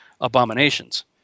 abominations